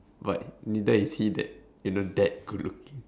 but then is he that you know that good looking